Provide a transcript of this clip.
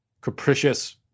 capricious